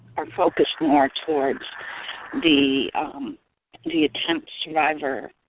are focused more towards the the attempt survivor